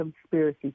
conspiracy